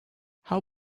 how